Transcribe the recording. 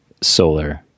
solar